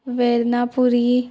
Varnapuri